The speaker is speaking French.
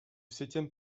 septième